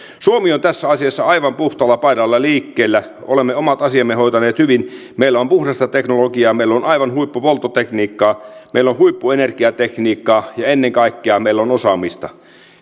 suomi on tässä asiassa aivan puhtaalla paidalla liikkeellä olemme omat asiamme hoitaneet hyvin meillä on puhdasta teknologiaa meillä on aivan huippuhuoltotekniikkaa meillä on huippuenergiatekniikkaa ja ennen kaikkea meillä on osaamista